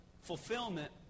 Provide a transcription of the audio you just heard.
fulfillment